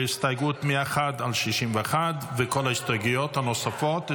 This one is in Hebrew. ההסתייגות מ-1 עד 61 וכל ההסתייגויות הנוספות.